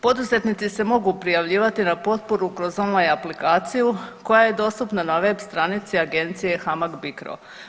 Poduzetni se mogu prijavljivati na potporu kroz online aplikaciju koja je dostupna na web stranici agencije HAMAG BICRO.